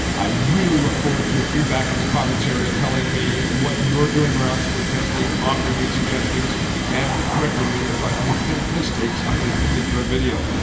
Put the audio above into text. i really look forward to your feedback in the comments area telling me what you're doing around split-testing, offering me suggestions and correcting me if i've made any mistakes on this particular video.